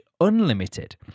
unlimited